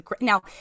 Now